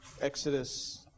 Exodus